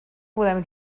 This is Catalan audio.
podem